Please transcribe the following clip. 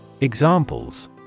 Examples